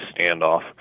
standoff